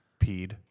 peed